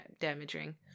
damaging